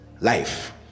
life